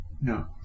No